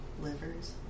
livers